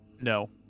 no